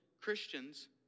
Christians